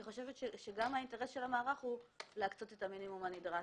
אני חושבת שגם האינטרס של מערך הכבאות הוא להקצות את המינימום הנדרש,